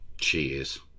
Cheers